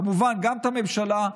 כמובן גם את הממשלה,